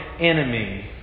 enemy